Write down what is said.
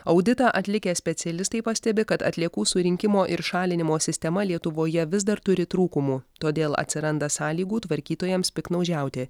auditą atlikę specialistai pastebi kad atliekų surinkimo ir šalinimo sistema lietuvoje vis dar turi trūkumų todėl atsiranda sąlygų tvarkytojams piktnaudžiauti